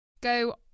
go